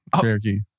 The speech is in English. Cherokee